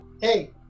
Hey